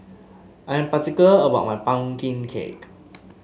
I am particular about my pumpkin cake